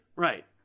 Right